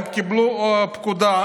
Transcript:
הם קיבלו פקודה.